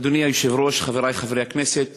אדוני היושב-ראש, חברי חברי הכנסת,